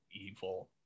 evil